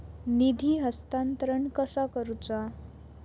निधी हस्तांतरण कसा करुचा?